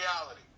reality